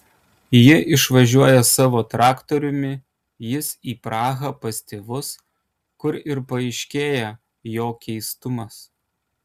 ji išvažiuoja savo traktoriumi jis į prahą pas tėvus kur ir paaiškėja jo keistumas